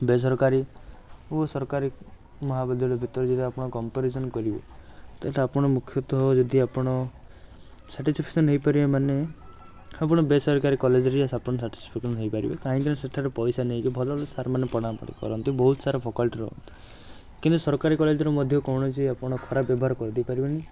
ବେସରକାରୀ ଓ ସରକାରୀ ମହାବିଦ୍ୟାଳୟ ଭିତରେ ଯଦି ଆପଣ କମ୍ପାରିଜନ୍ କରିବେ ତାହେଲେ ଆପଣ ମୁଖ୍ୟତଃ ଯଦି ଆପଣ ସାଟିସଫେକ୍ସସନ୍ ହେଇପାରିବେ ମାନେ ଆପଣ ବେସରକାରୀ କଲେଜ୍ରେ ହିଁ ଆପଣ ସାଟିସଫେକ୍ସସନ୍ ହେଇପାରିବେ କାହିଁକିନା ସେଠାରେ ପଇସା ନେଇକି ଭଲ ଭଲ ସାର୍ମାନେ ପଢ଼ାପଢ଼ି କରନ୍ତି ବହୁତସାରା ଫାକଲ୍ଟି କିନ୍ତୁ ସରକାରୀ କଲେଜ୍ରେ ମଧ୍ୟ କୌଣସି ଆପଣ ଖରାପ ବ୍ୟବହାର କରିଦେଇପାରିବେ ନାହିଁ